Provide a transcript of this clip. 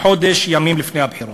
חודש ימים לפני הבחירות.